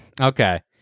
Okay